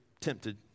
tempted